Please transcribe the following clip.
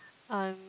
um